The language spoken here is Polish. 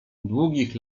długich